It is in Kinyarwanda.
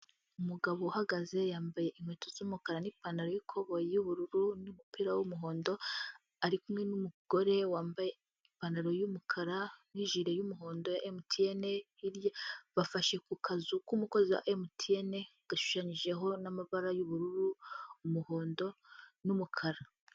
Umugabo uhagaze yambaye inkweto z'umukara n'ipantarobo y'ubururu n'umupira w'umuhondo, ari kumwe n'umugore wambaye ipantaro y'umukara n'ijire y'umuhondo ya MTN, hirya bafashe ku kazu k'umukozi wa MTN gashushanyijeho n'amabara y'ubururu, umuhondo n'umukara.